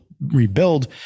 rebuild